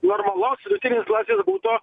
normalaus vidutinės klasės buto